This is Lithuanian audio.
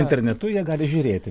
internetu jie gali žiūrėti